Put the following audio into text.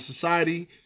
Society